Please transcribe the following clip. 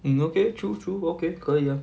mm okay true true okay 可以 ah